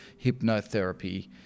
hypnotherapy